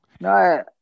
No